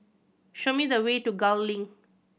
show me the way to Gul Link